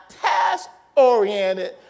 task-oriented